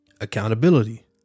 Accountability